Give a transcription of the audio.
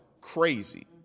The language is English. crazy